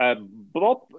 Bob